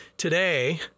Today